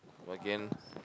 again